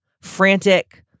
frantic